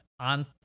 on